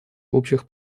общих